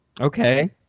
Okay